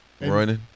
Running